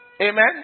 Amen